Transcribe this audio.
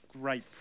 great